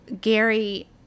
Gary